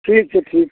ठीक छै ठीक छै